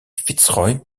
fitzroy